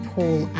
Paul